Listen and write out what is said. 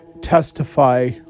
testify